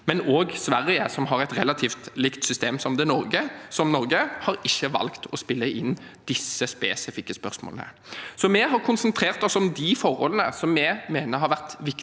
ikke Sverige, som har et relativt likt system som Norge, har valgt å spille inn disse spesifikke spørsmålene. Vi har konsentrert oss om de forholdene som vi mener har vært viktigst